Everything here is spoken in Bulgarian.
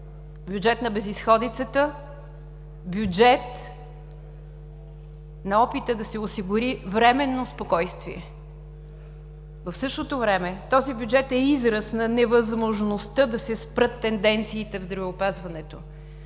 бюджет на безизходицата, бюджет на опита да се осигури временно спокойствие. В същото време този бюджет е израз на невъзможността да се спрат тенденциите в здравеопазването,